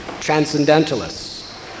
transcendentalists